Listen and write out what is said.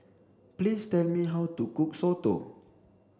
please tell me how to cook Soto